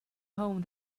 home